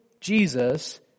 Jesus